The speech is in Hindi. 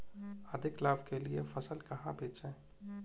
अधिक लाभ के लिए फसल कहाँ बेचें?